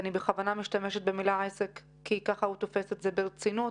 אני בכוונה משתמשת במילה עסק כי ככה הוא תופס את זה ברצינות.